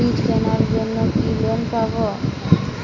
Fridge কেনার জন্য কি লোন পাব?